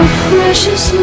precious